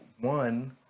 one